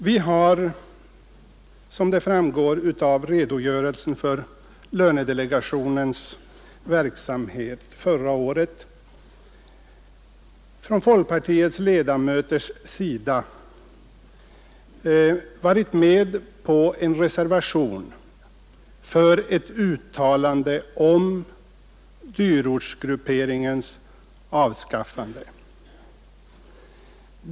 Vi har, som framgår av redogörelsen för lönedelegationens verksamhet förra året, från folkpartiets ledamöters sida varit med på en reservation för ett uttalande om dyrortsgrupperingens avskaffande.